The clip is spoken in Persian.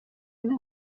اینه